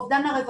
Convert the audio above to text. אובדן הרווחים,